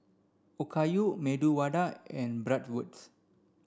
Okayu Medu Vada and Bratwurst